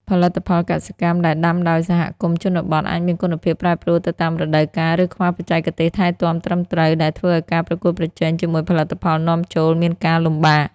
ផលិតផលកសិកម្មដែលដាំដោយសហគមន៍ជនបទ អាចមានគុណភាពប្រែប្រួលទៅតាមរដូវកាល ឬខ្វះបច្ចេកទេសថែទាំត្រឹមត្រូវ ដែលធ្វើឲ្យការប្រកួតប្រជែងជាមួយផលិតផលនាំចូលមានការលំបាក។